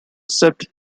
sipped